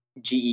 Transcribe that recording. GE